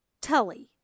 Tully